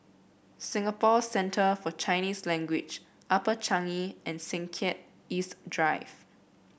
Singapore Centre For Chinese Language Upper Changi and Sengkang East Drive